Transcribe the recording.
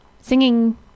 singing